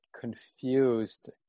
confused